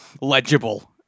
legible